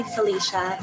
Felicia